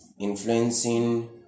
influencing